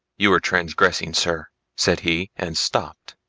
you are transgressing sir, said he and stopped.